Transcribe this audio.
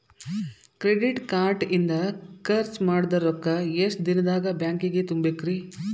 Credit card ಇಂದ್ ಖರ್ಚ್ ಮಾಡಿದ್ ರೊಕ್ಕಾ ಎಷ್ಟ ದಿನದಾಗ್ ಬ್ಯಾಂಕಿಗೆ ತುಂಬೇಕ್ರಿ?